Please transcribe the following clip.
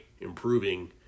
improving